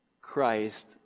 Christ